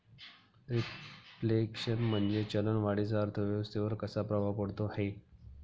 Reflation म्हणजे चलन वाढीचा अर्थव्यवस्थेवर कसा प्रभाव पडतो है?